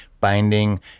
binding